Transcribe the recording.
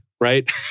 right